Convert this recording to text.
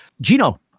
Gino